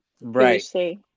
Right